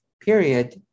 period